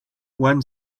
one